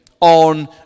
on